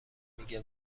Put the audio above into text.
میگه